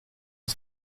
det